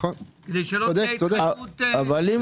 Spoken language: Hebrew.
אבל אם